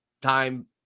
time